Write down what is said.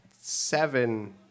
seven